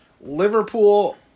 Liverpool